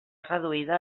reduïda